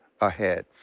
ahead